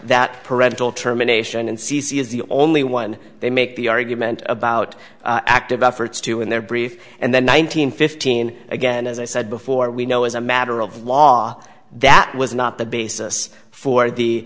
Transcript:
that parental terminations and c c is the only one they make the argument about active efforts to win their brief and then nine hundred fifteen again as i said before we know as a matter of law that was not the basis for the